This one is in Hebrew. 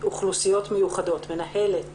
מנהלת